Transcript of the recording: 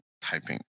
typing